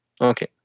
Okay